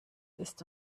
ist